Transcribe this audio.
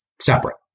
separate